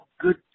good